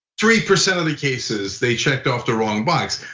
three percent of the cases they checked off the wrong box,